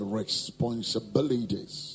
responsibilities